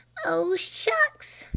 oh, shucks!